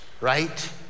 right